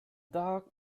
dark